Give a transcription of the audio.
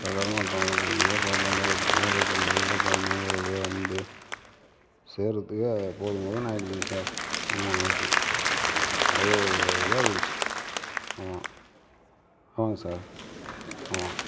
தடுமாற்றமாக போய் அப்புறம் பஞ்சர் ஒட்டி அதை பண்ணி இதை பண்ணி ஒரு வழியாக வந்து சேருகிறதுக்கே போதும் போதும்னு ஆயிடுச்சிங்க சார் ஆமாம் ஆயிடுச்சி அவ்வளோ ஒரு இதாக போய்டுச்சி ஆமாம் ஆமாம் சார் ஆமாம்